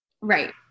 right